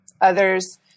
others